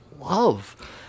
love